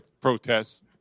protests